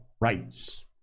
rights